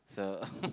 so